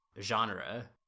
genre